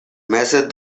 meses